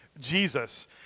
Jesus